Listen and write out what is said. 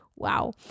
wow